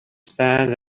stand